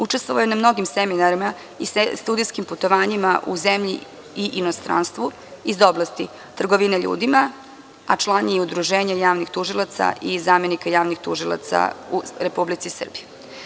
Učestvovao je na mnogim seminarima i studijskim putovanjima u zemlji i inostranstvu iz oblasti trgovine ljudima, a član je i Udruženja javnih tužilaca i zamenika javnih tužilaca u Republici Srbiji.